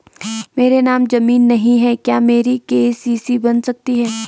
मेरे नाम ज़मीन नहीं है क्या मेरी के.सी.सी बन सकती है?